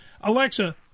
Alexa